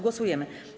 Głosujemy.